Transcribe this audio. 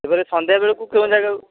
ଫେର ସନ୍ଧ୍ୟା ବେଳକୁ କେଉଁ ଜାଗାକୁ